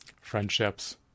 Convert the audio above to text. friendships